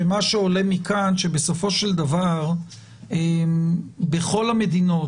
שמה שעולה מכאן הוא שבסופו של דבר בכל המדינות,